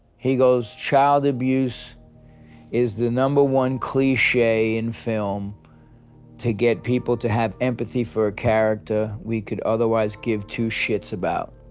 he goes, child abuse is the number one cliche cliche in film to get people to have empathy for a character we could otherwise give two shits about.